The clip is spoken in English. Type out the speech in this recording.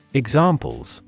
examples